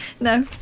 No